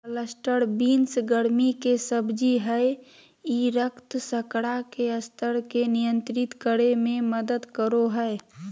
cluster beans गर्मि के सब्जी हइ ई रक्त शर्करा के स्तर के नियंत्रित करे में मदद करो हइ